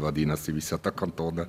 vadinasi visą tą kantoną